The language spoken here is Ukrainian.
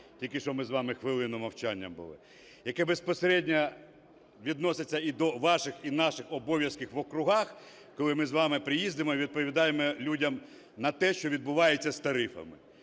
тільки що ми з вами… хвилина мовчання була, яке безпосередньо відноситься і до ваших, і наших обов'язків в округах, коли ми з вами приїздимо і відповідаємо людям на те, що відбувається з тарифами.